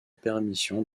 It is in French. permission